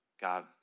God